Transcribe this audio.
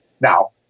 Now